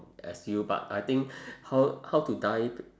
as you but I think how how to die